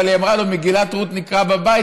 אבל היא אמרה לו: מגילת רות נקרא בבית,